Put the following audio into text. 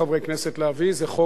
זה חוק עקיפה,